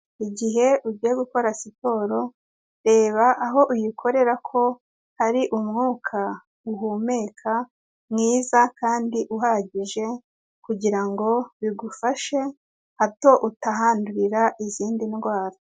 Igihe ugiye gukora siporo reba aho uyikorera ko hari umwuka uhumeka mwiza kandi uhagije kugira ngo bigufashe hato utahandurira izindi ndwara.